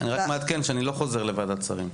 אני רק מעדכן שאני לא חוזר לוועדת שרים.